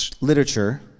literature